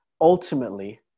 ultimately